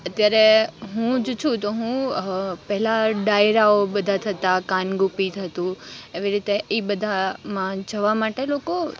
અત્યારે હું જ છું તો હું પહેલાં ડાયરાઓ બધાં થતાં કાન ગોપી થતું એવી રીતે ઈ બધામાં જવા માટે લોકો